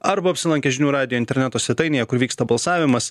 arba apsilankę žinių radijo interneto svetainėje kur vyksta balsavimas